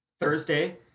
Thursday